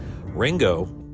Ringo